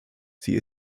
sie